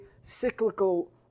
cyclical